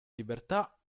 libertà